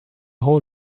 whole